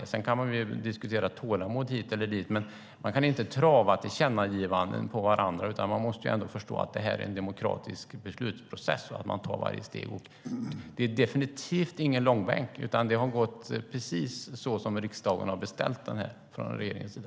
Sedan kan man diskutera tålamod hit eller dit. Men man kan inte trava tillkännagivanden på varandra, utan man måste förstå att det här är en beslutsprocess där man tar steg för steg. Det är definitivt ingen långbänk, utan det har skett precis på det sätt som riksdagen har beställt från regeringens sida.